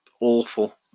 awful